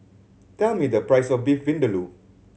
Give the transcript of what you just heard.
tell me the price of Beef Vindaloo